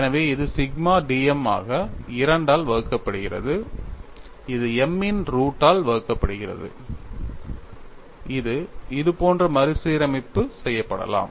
எனவே இது சிக்மாவாக dm ஆக 2 ஆல் வகுக்கப்படுகிறது இது m இன் ரூட் ஆல் வகுக்கப்படுகிறது இது இது போன்ற மறுசீரமைப்பு செய்யப்படலாம்